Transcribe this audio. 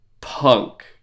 punk